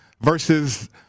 versus